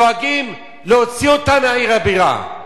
דואגים להוציא אותם מעיר הבירה.